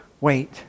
wait